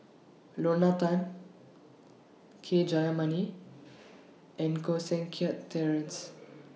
Lorna Tan K Jayamani and Koh Seng Kiat Terence